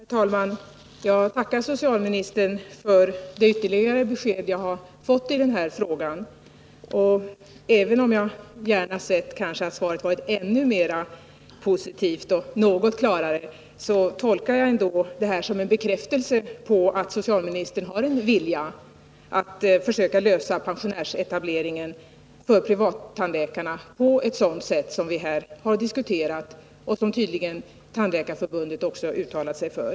Herr talman! Jag tackar socialministern för det ytterligare besked jag fick i den här frågan. Även om jag kanske gärna hade sett att svaret varit ännu mera positivt och något klarare, tolkar jag det som en bekräftelse på att socialministern har en vilja att försöka lösa pensionärsetableringen för privattandläkarna på ett sådant sätt som vi här har diskuterat och som tydligen också Tandläkarförbundet har uttalat sig för.